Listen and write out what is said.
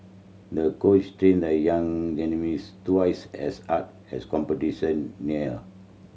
the coach trained the young gymnast twice as hard as competition neared